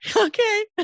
Okay